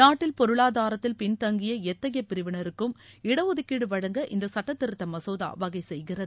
நாட்டில் பொருளாதாரத்தில் பின்தங்கிய எத்தகைய பிரிவினருக்கும் இடஒதுக்கீடு வழங்க இந்த சட்டத்திருத்த மசோதா வகை செய்கிறது